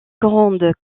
grande